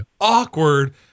awkward